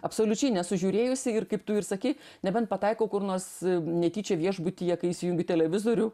absoliučiai nesu žiūrėjusi ir kaip tu ir sakei nebent pataiko kur nors netyčia viešbutyje kai įsijungiu televizorių